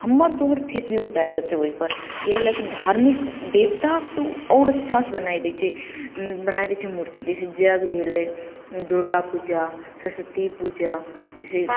हमर तोहर फेस भी उतारि देतय ओइपर एहि लए धार्मिक देवताके तऽ आओर अच्छासँ बनाय दै छै बनाय दै छै मूर्ति जैसे यज्ञ भेलय दुर्गा पूजा सरस्वती पूजा जैसे